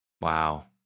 Wow